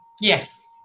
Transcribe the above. yes